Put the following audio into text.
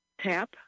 tap